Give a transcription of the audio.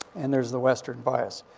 and there's the westward bias.